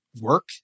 work